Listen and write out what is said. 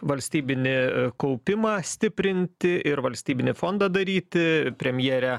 valstybinį kaupimą stiprinti ir valstybinį fondą daryti premjere